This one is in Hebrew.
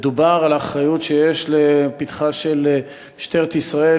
ודובר על האחריות שיש לפתחה של משטרת ישראל